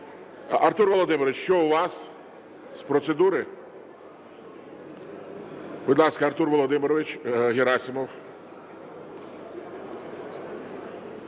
Артур Володимирович, що у вас? З процедури? Будь ласка, Артур Володимирович Герасимов.